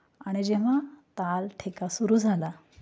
आणि जेव्हा ताल ठेका सुरू झाला